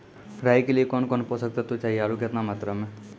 राई के लिए कौन कौन पोसक तत्व चाहिए आरु केतना मात्रा मे?